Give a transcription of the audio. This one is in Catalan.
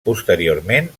posteriorment